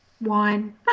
Wine